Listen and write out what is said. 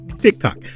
tiktok